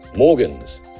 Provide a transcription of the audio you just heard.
Morgan's